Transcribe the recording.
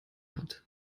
hat